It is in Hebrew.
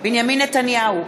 בנימין נתניהו,